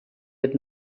had